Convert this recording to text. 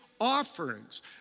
offerings